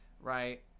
right